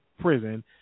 prison